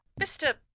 Mr